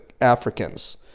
Africans